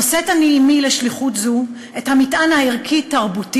נושאת אני עמי לשליחות זו את המטען הערכי-תרבותי